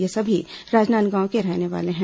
ये सभी राजनांदगांव के रहने वाले हैं